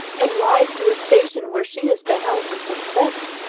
and rise to a station where she is beheld with respect,